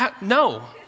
No